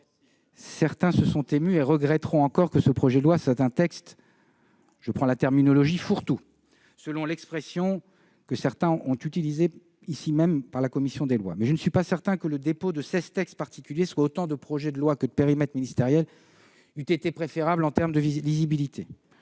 Certains se sont émus et regretteront encore que ce projet de loi soit un texte « fourre-tout », selon l'expression qui a été utilisée en commission des lois. Mais je ne suis pas sûr que le dépôt de seize textes particuliers, soit autant de projets de loi que de périmètres ministériels, eût été préférable en termes de lisibilité